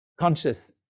conscious